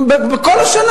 כל השנה,